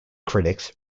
critics